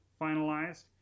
finalized